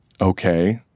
Okay